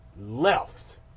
left